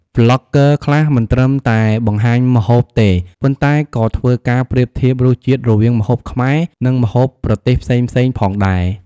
ប្លុកហ្គើខ្លះមិនត្រឹមតែបង្ហាញម្ហូបទេប៉ុន្តែក៏ធ្វើការប្រៀបធៀបរសជាតិរវាងម្ហូបខ្មែរនិងម្ហូបប្រទេសផ្សេងៗផងដែរ។